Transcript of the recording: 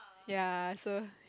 ya so